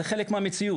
זה חלק מהמציאות.